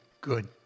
good